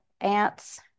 ants